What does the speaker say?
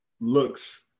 looks